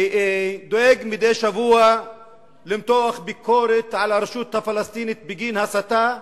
ודואג מדי שבוע למתוח ביקורת על הרשות הפלסטינית בגין הסתה,